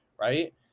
right